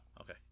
Okay